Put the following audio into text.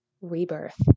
rebirth